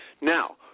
now